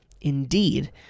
indeed